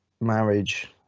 marriage